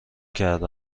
کرده